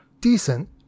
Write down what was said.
decent